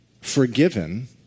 forgiven